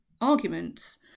arguments